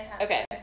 Okay